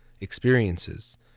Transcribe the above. experiences